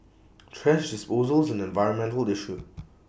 thrash disposal is an environmental issue